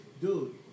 Dude